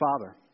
Father